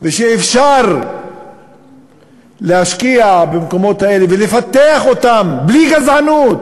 ואפשר להשקיע במקומות האלה ולפתח אותם בלי גזענות,